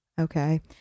Okay